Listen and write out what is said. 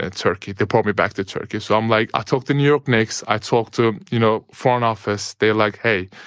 and turkey, deport me back to turkey. so um like i talked to the new york knicks, i talked to you know foreign office, they're like, hey,